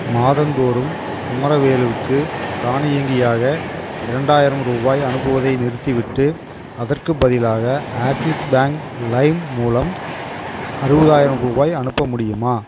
மாதந்தோறும் குமரவேலுவுக்கு தானியங்கியாக இரண்டாயிரம் ரூபாய் அனுப்புவதை நிறுத்திவிட்டு அதற்குப் பதிலாக ஆக்ஸிஸ் பேங்க் லைம் மூலம் அறுபதாயிரம் ரூபாய் அனுப்ப முடியுமா